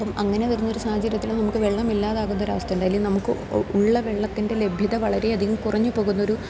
അപ്പം അങ്ങനെ വരുന്നൊരു സാഹചര്യത്തിൽ നമുക്ക് വെള്ളമില്ലാതാകുന്ന ഒരു അവസ്ഥ ഉണ്ടായാല് നമുക്ക് ഉള്ള വെള്ളത്തിൻ്റെ ലഭ്യത വളരെയധികം കുറഞ്ഞ് പോകുന്ന ഒരു